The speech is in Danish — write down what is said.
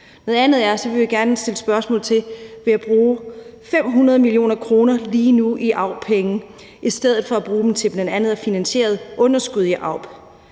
Noget andet er, at vi gerne vil stille spørgsmål til lige nu at bruge 500 mio. kr. i AUB-penge i stedet for at bruge dem til bl.a. at finansiere underskuddet i AUB.